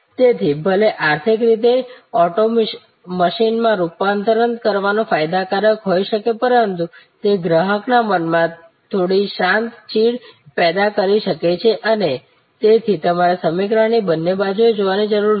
તેથી ભલે આર્થિક રીતે ઓટો મશીનમાં રૂપાંતર કરવું ફાયદાકારક હોઈ શકે પરંતુ તે ગ્રાહકના મનમાં થોડી શાંત ચીડ પેદા કરી શકે છે અને તેથી તમારે સમીકરણની બંને બાજુ જોવાની જરૂર છે